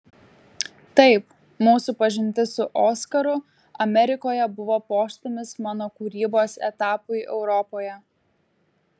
taip mūsų pažintis su oskaru amerikoje buvo postūmis mano kūrybos etapui europoje